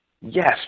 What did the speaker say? yes